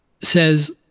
Says